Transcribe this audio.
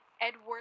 Edward